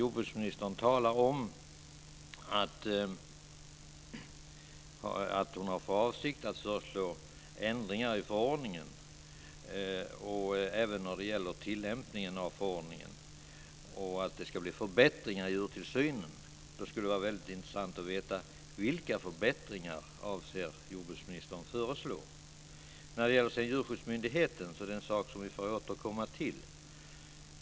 Jordbruksministern talar om att hon har för avsikt att föreslå ändringar i förordningen, även när det gäller tillämpningen, och att det ska bli förbättringar i djurtillsynen. Det skulle vara väldigt intressant att veta vilka förbättringar jordbruksministern avser att föreslå. När det sedan gäller djurskyddsmyndigheten är det en sak som vi får återkomma till.